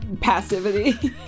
passivity